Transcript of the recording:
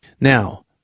Now